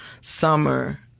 summer